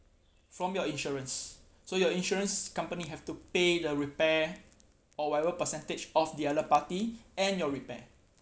from your insurance so your insurance company have to pay the repair or whatever percentage of the other party and your repair